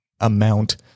amount